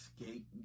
escape